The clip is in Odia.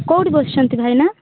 କେଉଁଠି ବସିଛନ୍ତି ଭାଇନା